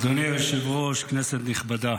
אדוני היושב-ראש, כנסת נכבדה,